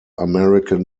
american